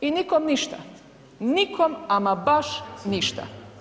I nikome ništa, nikome ama baš ništa.